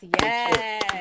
Yes